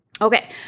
Okay